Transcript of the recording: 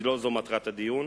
כי לא זו מטרת הדיון,